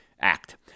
act